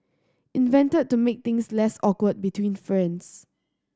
invented to make things less awkward between friends